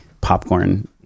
popcorn